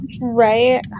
Right